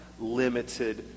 limited